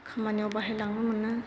खामानियाव बाहायलांनो मोनो